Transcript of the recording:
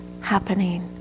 happening